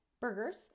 burgers